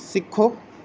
ਸਿੱਖੋ